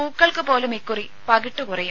പൂക്കളങ്ങൾക്കു പോലും ഇക്കുറി പകിട്ടു കുറയും